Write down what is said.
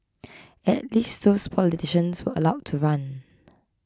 at least those politicians were allowed to run